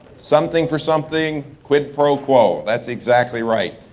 something for something, quid pro quo. that's exactly right.